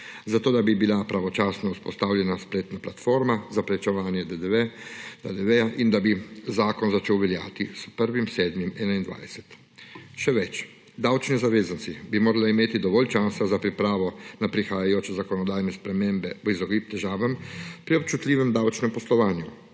zato da bi bila pravočasno vzpostavljena spletna platforma za plačevanje DDV in da bi zakon začel veljati s 1. 7. 2021. Še več. Davčni zavezanci bi morali imeti dovolj časa za pripravo na prihajajoče zakonodajne spremembe v izogib težavam pri občutljivem davčnem poslovanju.